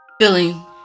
feeling